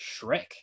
Shrek